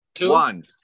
One